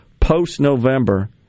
post-November